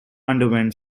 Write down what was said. underwent